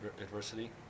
adversity